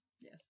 yes